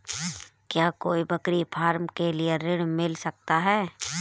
क्या कोई बकरी फार्म के लिए ऋण मिल सकता है?